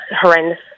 horrendous